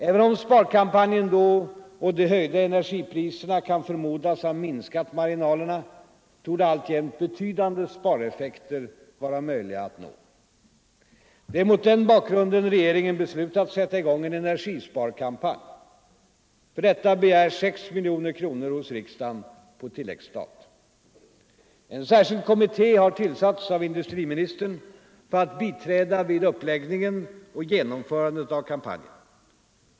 Även om sparkampanjen då och de höjda energipriserna kan förmodas ha minskat marginalerna torde alltjämt betydande spareffekter vara möjliga att nå. Det är mot den bakgrunden regeringen beslutat sätta i gång en energisparkampanj. För detta begärs 6 miljoner kronor hos riksdagen på tillläggsstat. En särskild kommitté har tillsatts av industriministern för att biträda vid uppläggningen och genomförandet av kampanjen.